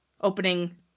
opening